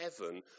heaven